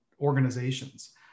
organizations